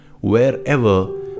wherever